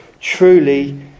truly